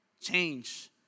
Change